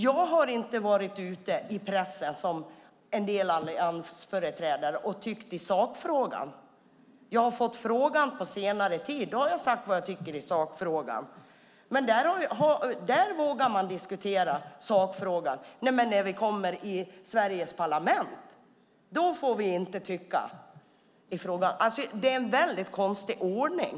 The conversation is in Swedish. Jag har inte varit ute i pressen, som en del alliansföreträdare, och tyckt i sakfrågan. Jag har fått frågan på senare tid och har då sagt vad jag tycker i sakfrågan. I pressen vågar vi diskutera sakfrågan, men när vi kommer till Sveriges parlament får vi inte tycka i frågan. Det är en väldigt konstig ordning.